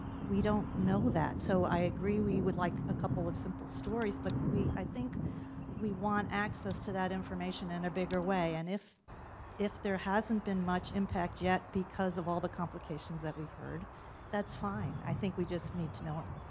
we don't know that so i agree we would like a couple simple stories but i think we want access to that information in a bigger way and if if there hasn't been much impact yet because of all the complications that we've heard that's fine, i think we just need to know it.